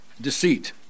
deceit